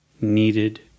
needed